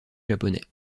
japonais